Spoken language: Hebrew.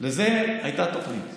לזה הייתה תוכנית.